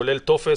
כולל טופס.